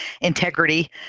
integrity